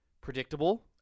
predictable